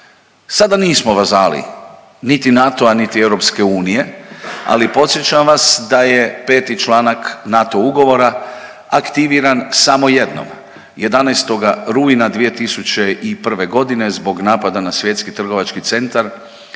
Sada nismo vazali niti NATO-a, niti EU, ali podsjećam vas da je peti članak NATO ugovora aktiviran samo jednom. 11. rujna 2001. godine zbog napada na svjetski trgovački centar